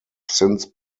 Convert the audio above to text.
since